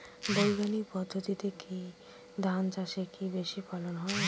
বৈজ্ঞানিক পদ্ধতিতে ধান চাষে কি বেশী ফলন হয়?